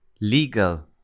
legal